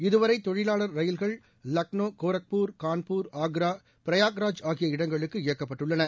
இதுவரை தொழிலாளர் ரயில்கள் லக்னோ கோரக்பூர் கான்பூர் ஆன்ரா பிராயக்ராஜ் ஆகிய இடங்களுக்கு இயக்கப்பட்டுள்ளன